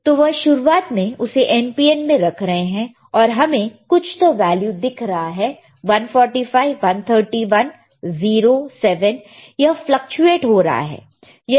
तो वह शुरुआत में उसे NPN मैं रख रहे हैं और हमें कुछ तो वैल्यू दिख रहा है 145 131 0 7 यह फ्लकचुएट हो रहा है